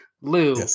Lou